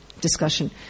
discussion